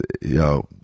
yo